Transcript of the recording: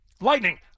lightning